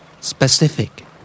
Specific